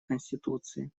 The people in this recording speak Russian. конституции